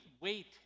wait